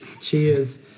Cheers